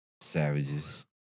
Savages